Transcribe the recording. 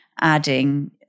adding